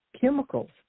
chemicals